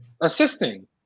assisting